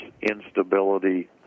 instability